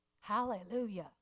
hallelujah